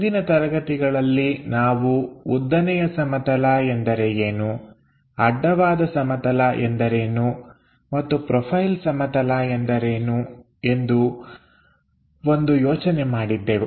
ಹಿಂದಿನ ತರಗತಿಗಳಲ್ಲಿ ನಾವು ಉದ್ದನೆಯ ಸಮತಲ ಎಂದರೆ ಏನು ಅಡ್ಡವಾದ ಸಮತಲ ಎಂದರೇನು ಮತ್ತು ಪ್ರೊಫೈಲ್ ಸಮತಲ ಎಂದರೇನು ಎಂದು ಒಂದು ಯೋಚನೆ ಮಾಡಿದ್ದೆವು